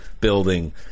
building